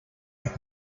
made